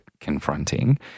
confronting